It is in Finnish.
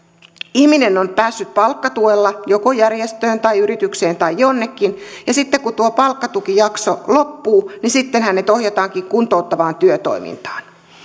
ihminen on päässyt palkkatuella joko järjestöön tai yritykseen tai jonnekin ja kun tuo palkkatukijakso loppuu sitten hänet ohjataankin kuntouttavaan työtoimintaan